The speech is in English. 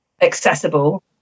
accessible